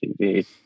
TV